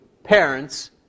Parents